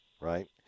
right